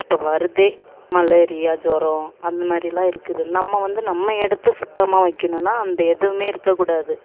இப்போ வருதே மலேரியா ஜூரம் அந்த மாதிரிலாம் இருக்குது நம்ம வந்து நம்ம இடத்த சுத்தமாக வைக்கணுன்னால் அந்த எதுவுமே இருக்கக்கூடாது